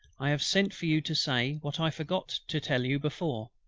i have sent for you to say, what i forgot to tell you before,